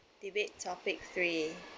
debate topic three